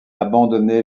abandonner